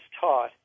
taught